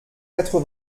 quatre